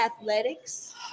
athletics